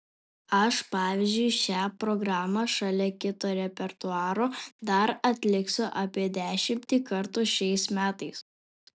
aš pavyzdžiui šią programą šalia kito repertuaro dar atliksiu apie dešimtį kartų šiais metais